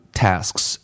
tasks